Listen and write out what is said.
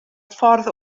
ffordd